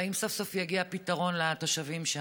והאם סוף-סוף יגיע פתרון לתושבים שם.